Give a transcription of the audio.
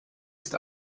ist